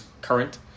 current